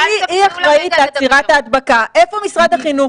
היא אחראית לעצירת ההדבקה, איפה משרד החינוך?